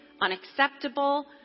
unacceptable